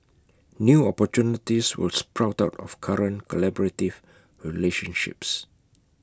new opportunities will sprout out of current collaborative relationships